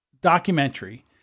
documentary